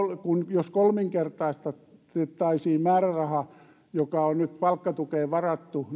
jos kolminkertaistettaisiin määräraha joka on nyt palkkatukeen varattu